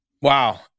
wow